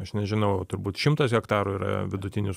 aš nežinau turbūt šimtas hektarų yra vidutinis